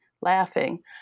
laughing